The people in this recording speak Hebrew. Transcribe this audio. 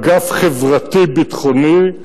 אגף חברתי-ביטחוני,